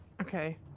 Okay